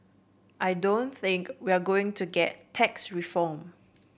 I don't think we're going to get tax reform